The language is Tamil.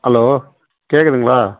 அலோ கேட்குதுங்களா